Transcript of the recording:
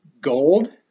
gold